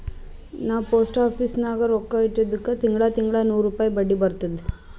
ನಾ post office ನಾಗ್ ರೊಕ್ಕಾ ಇಟ್ಟಿದುಕ್ ತಿಂಗಳಾ ತಿಂಗಳಾ ನೂರ್ ರುಪಾಯಿ ಬಡ್ಡಿ ಬರ್ತುದ್